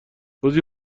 روزی